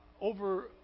over